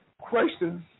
questions